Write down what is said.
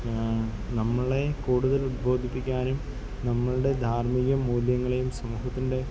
നമ്മളെ കൂടുതൽ ബോധിപ്പിക്കാനും നമ്മളുടെ ധാർമ്മിക മൂല്യങ്ങളേയും സമൂഹത്തിൻ്റെ